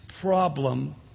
problem